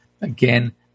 Again